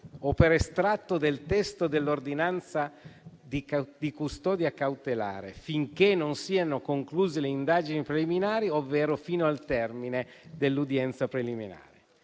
o per estratto del testo dell'ordinanza di custodia cautelare finché non siano concluse le indagini preliminari, ovvero fino al termine dell'udienza preliminare.